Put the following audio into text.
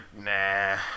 nah